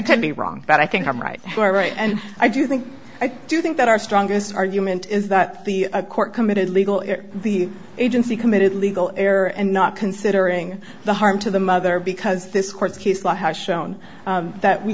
could be wrong but i think i'm right you are right and i do think i do think that our strongest argument is that the court committed legal the agency committed legal error and not considering the harm to the mother because this court case law has shown that we